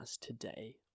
today